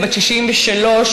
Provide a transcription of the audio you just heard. בת 63,